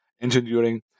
engineering